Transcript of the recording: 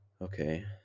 Okay